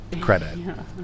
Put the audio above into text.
credit